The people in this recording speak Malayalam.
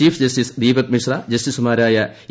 ചീഫ് ജസ്റ്റിസ് ദീപക് മിശ്ര ജസ്റ്റിസുമാരായ എ